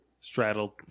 straddled